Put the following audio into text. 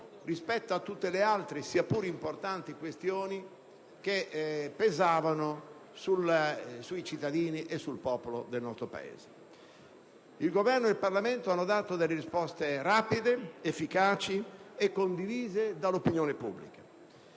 rispetto a tutte le altre questioni, sia pure importanti, che pesavano sui cittadini e sul popolo del nostro Paese. Il Governo e il Parlamento hanno dato risposte rapide, efficaci e condivise dall'opinione pubblica.